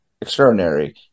extraordinary